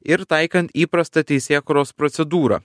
ir taikant įprastą teisėkūros procedūrą